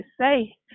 say